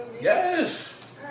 Yes